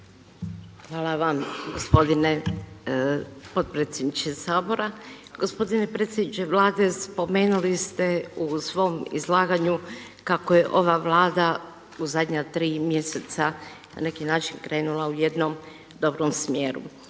Hvala vam gospodine potpredsjedniče Sabora. Gospodine predsjedniče Vlade spomenuli ste u svom izlaganju kako je ova Vlada u zadnja tri mjeseca na neki način krenula u jednom dobrom smjeru.